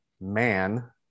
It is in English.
man